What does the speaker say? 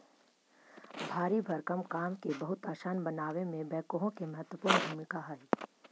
भारी भरकम काम के बहुत असान बनावे में बेक्हो के महत्त्वपूर्ण भूमिका हई